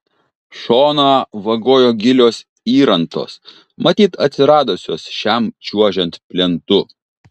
šoną vagojo gilios įrantos matyt atsiradusios šiam čiuožiant plentu